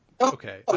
Okay